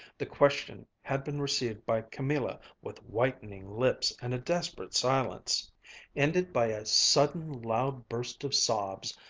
the question had been received by camilla with whitening lips and a desperate silence ended by a sudden loud burst of sobs,